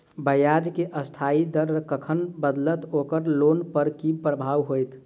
ब्याज केँ अस्थायी दर कखन बदलत ओकर लोन पर की प्रभाव होइत?